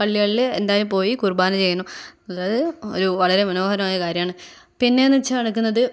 പള്ളികളിൽ എന്തായാലും പോയി കുറുബാന ചെയ്യണം അതായത് ഒരു വളരെ മനോഹരമായ കാര്യമാണ് പിന്നേയെന്നു വെച്ചാൽ നടക്കുന്നത്